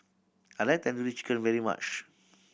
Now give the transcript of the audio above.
I like Tandoori Chicken very much